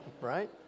right